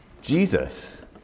Jesus